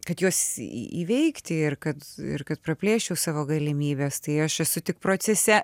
kad juos įveikti ir kad ir kad praplėsčiau savo galimybes tai aš esu tik procese